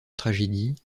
tragédie